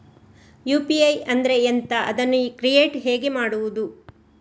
UPI ಅಂದ್ರೆ ಎಂಥ? ಅದನ್ನು ಕ್ರಿಯೇಟ್ ಹೇಗೆ ಮಾಡುವುದು?